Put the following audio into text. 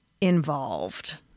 involved